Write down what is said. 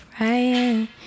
Ryan